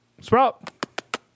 Sprout